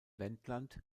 wendland